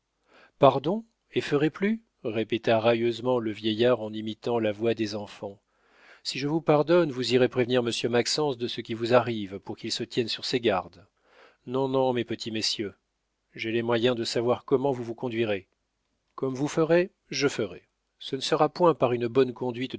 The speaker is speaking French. pardon et ferai plus répéta railleusement le vieillard en imitant la voix des enfants si je vous pardonne vous irez prévenir monsieur maxence de ce qui vous arrive pour qu'il se tienne sur ses gardes non non mes petits messieurs j'ai les moyens de savoir comment vous vous conduirez comme vous ferez je ferai ce ne sera point par une bonne conduite